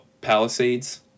Palisades